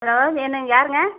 hello ஏனுங்க யாருங்க